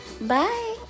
Bye